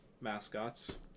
mascots